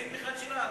אין בכלל שאלה.